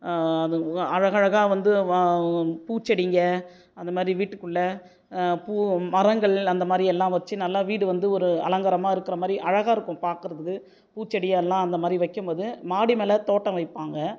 அது அழகாக வந்து பூச்செடிங்கள் அந்த மாதிரி வீட்டுக்குள்ளே பூ மரங்கள் அந்த மாதிரி எல்லாம் வச்சு நல்லா வீடு வந்து ஒரு அலங்காரமா இருக்குறமாரி அழகாக இருக்கும் பார்க்கறதுக்கு பூச்செடி எல்லாம் அந்த மாதிரி வைக்கும் போது மாடி மேலே தோட்டம் வைப்பாங்கள்